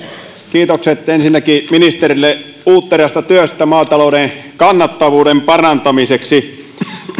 kiitokset ensinnäkin ministerille uutterasta työstä maatalouden kannattavuuden parantamiseksi